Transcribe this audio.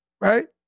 right